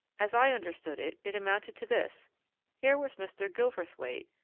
as i understood it, it amounted to this here was mr. gilverthwaite,